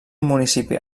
municipi